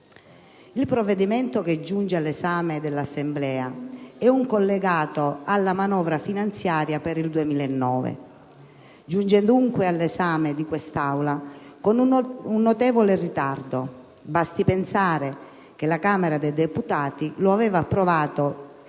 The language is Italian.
il provvedimento che giunge all'esame dell'Assemblea è un collegato alla manovra finanziaria per il 2009. Giunge, dunque, all'esame di quest'Aula con un notevole ritardo dovuto a continue interruzioni: basti pensare che la Camera dei deputati lo aveva approvato